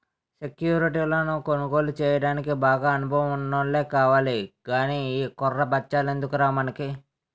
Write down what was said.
సెక్యురిటీలను కొనుగోలు చెయ్యడానికి బాగా అనుభవం ఉన్నోల్లే కావాలి గానీ ఈ కుర్ర బచ్చాలెందుకురా మనకి